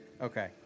Okay